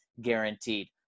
guaranteed